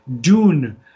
Dune